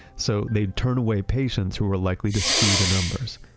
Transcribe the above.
so they'd turn away patients who were likely to skew the numbers.